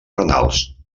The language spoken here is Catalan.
renals